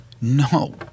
No